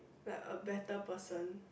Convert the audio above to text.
like a better person